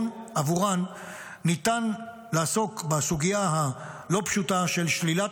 עבורן ניתן לעסוק בסוגיה הלא-פשוטה של שלילת